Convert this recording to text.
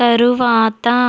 తరువాత